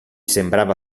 sembrava